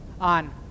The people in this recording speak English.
on